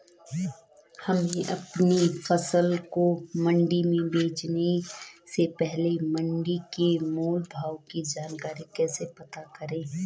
हमें अपनी फसल को मंडी में बेचने से पहले मंडी के मोल भाव की जानकारी कैसे पता करें?